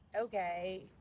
okay